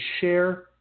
share